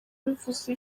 bivuze